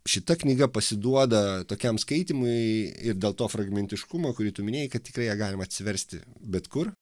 šita knyga pasiduoda tokiam skaitymui ir dėl to fragmentiškumo kurį tu minėjai kad tikrai ją galima atsiversti bet kur